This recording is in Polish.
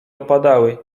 opadały